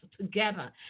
together